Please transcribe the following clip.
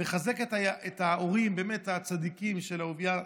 ולחזק את ההורים הצדיקים, באמת, של אהוביה,